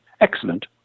Excellent